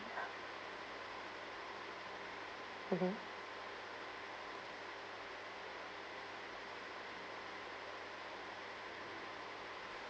mmhmm